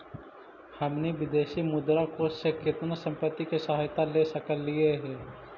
हमनी विदेशी मुद्रा कोश से केतना संपत्ति के सहायता ले सकलिअई हे?